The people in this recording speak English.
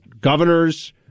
governors